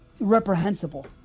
reprehensible